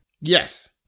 Yes